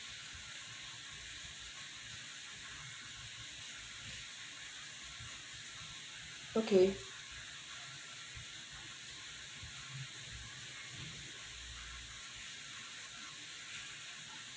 okay